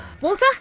Walter